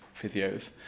physios